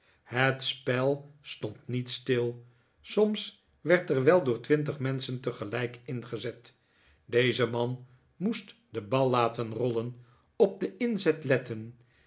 het spel stond niet stil soms werd er wel door twintig menschen tegelijk ingezet deze man moest den bal laten rollen op den inzet letten